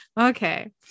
okay